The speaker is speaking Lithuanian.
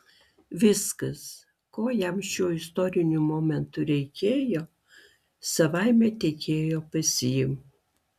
viskas ko jam šiuo istoriniu momentu reikėjo savaime tekėjo pas jį